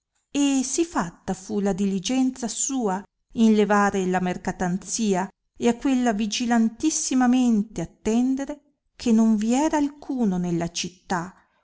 e sì fatta fu la diligenza sua in levare la mercatanzia e a quella vigilantissimamente attendere che non vi era alcuno nella città